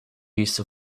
use